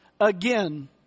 again